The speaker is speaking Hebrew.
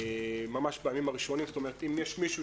ממש בימים הראשונים, זאת אומרת אם יש מישהו